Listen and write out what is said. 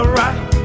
right